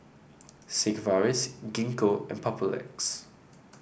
Sigvaris Gingko and Papulex